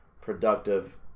productive